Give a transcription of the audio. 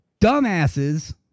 dumbasses